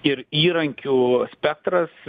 ir įrankių spektras